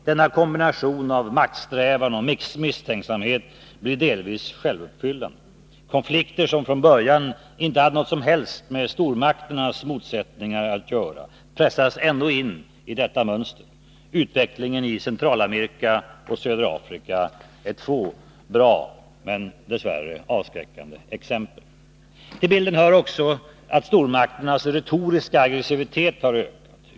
Denna kombination av maktsträvan och misstänksamhet blir delvis en självuppfyllande profetia: konflikter som från början inte hade något alls med stormakternas motsättningar att göra pressas ändå in i detta mönster. Utvecklingen i Centralamerika och Södra Afrika är två bra men dess värre avskräckande exempel. Till bilden hör också att stormakternas retoriska aggressivitet har ökat.